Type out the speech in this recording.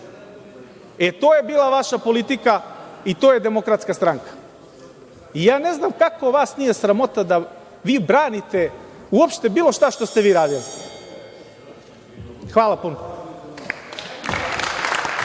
E, to je bila vaša politika i to je DS.Ne znam, kako vas nije sramota da vi branite uopšte bilo šta što ste vi radili. Hvala puno.